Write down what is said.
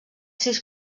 sis